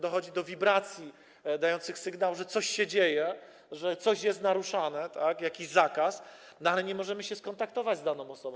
Dochodzi do wibracji dających sygnał, że coś się dzieje, że coś jest naruszane, jakiś zakaz, ale nie możemy się skontaktować z daną osobą.